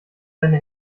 seine